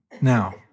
Now